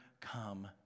come